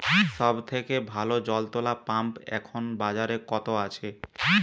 সব থেকে ভালো জল তোলা পাম্প এখন বাজারে কত আছে?